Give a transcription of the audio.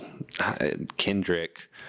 Kendrick